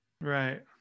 Right